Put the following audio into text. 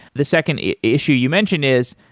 the second issue you mentioned is,